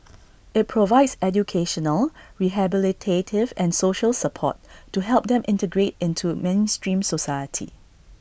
IT provides educational rehabilitative and social support to help them integrate into mainstream society